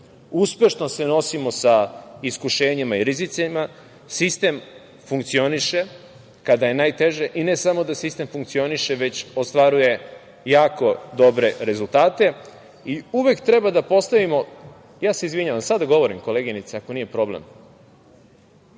Uspešno se nosimo sa iskušenjima i rizicima. Sistem funkcioniše kada je najteže, i ne samo da sistem funkcioniše, već ostvaruje jako dobre rezultate. Izvinjavam, sada govorim, koleginice, ako nije problem,